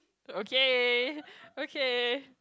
okay okay